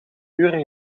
uren